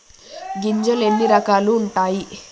గింజలు ఎన్ని రకాలు ఉంటాయి?